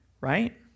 Right